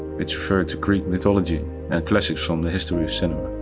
which refer to greek mythology and classics from the history of cinema.